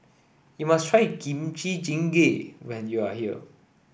you must try Kimchi Jjigae when you are here